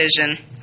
vision